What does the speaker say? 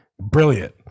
Brilliant